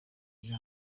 ejo